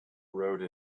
rode